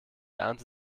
ernte